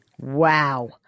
Wow